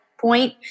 point